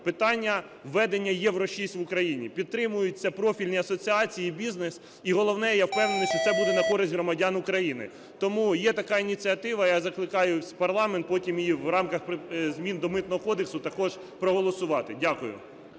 питання введення Євро-6 в Україні. Підтримують це профільні асоціації і бізнес. І головне, я впевнений, що це буде на користь громадян України. Тому є така ініціатива, я закликаю парламент, потім її, в рамках змін до Митного кодексу, також проголосувати. Дякую.